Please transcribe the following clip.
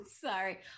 sorry